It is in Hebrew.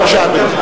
בבקשה, אדוני.